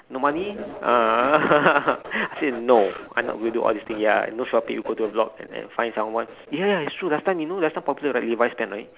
no money uh I said no I not going to do all this thing ya I know shopping go to the block and then find someone one ya it's true you know last time popular right levi's pants right